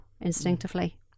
instinctively